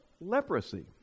leprosy